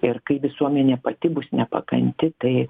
ir kai visuomenė pati bus nepakanti tai